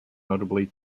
notably